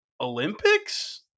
Olympics